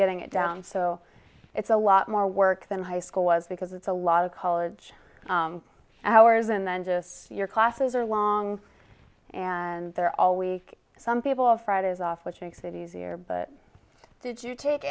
getting it down so it's a lot more work than high school was because it's a lot of college hours and then just your classes are long and they're all week some people fridays off which makes it easier but did